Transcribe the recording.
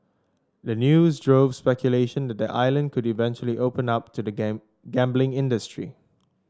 the news drove speculation that the island could eventually open up to the game gambling industry